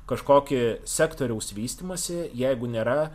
kažkokį sektoriaus vystymąsi jeigu nėra